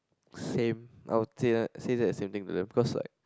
same I would say that say that the same thing to them cause like